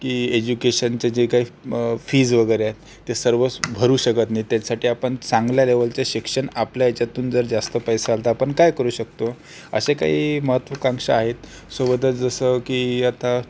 की एज्युकेशनचं जे काही फीज वगैरे आहेत ते सर्वच भरू शकत नाहीत त्याच्यासाठी आपण चांगल्या लेवलचं शिक्षण आपल्या याच्यातून जर जास्त पैसा आला तर आपण काय करू शकतो असे काही महत्त्वाकांक्षा आहेत सोबतच जसं की आता